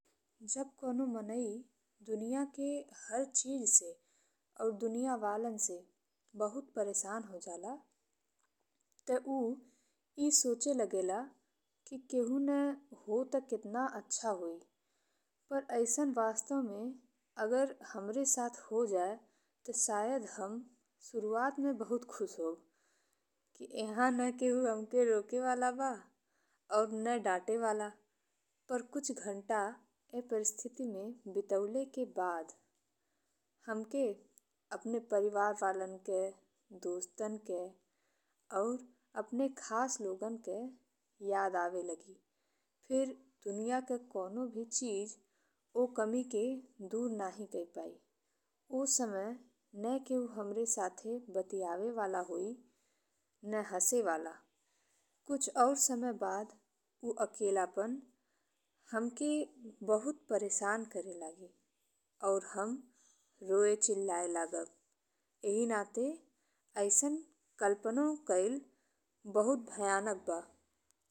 जब कवनो मनई दुनिया के हर चीज से और दुनिया वाला से बहुत परेशान हो जाला ते उ ए सोचल लागेला कि केहु ने हो ते कितना अच्छा होई पर अइसन वास्तव में अगर हमरे साथे हो जाए ते शायद हम शुरुआत में बहुत खुश होब कि एकर ना हमके केहु रोके वाला बा। और ना डांटे वाला पर कुछ घंटा ए परिस्थिति में बितवले के बाद हमके अपने परिवार वाला के, दोस्तन के और अपने खास लोगन के याद आवे लागी फिर दुनिया के कवनो भी चीज ओ कमी के दूर नहीं कर पाइ। ओ समय ना केहु हमरे साथे बतियावे वाला होई ने हंसे वाला। कुछ और समय बाद उ अकेलापन हमके बहुत परेशान करे लागी और हम रोएं चिल्लाएं लगब। इही नाते अइसन कल्पनो कइल बहुत भयानक बा।